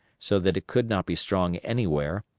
so that it could not be strong anywhere,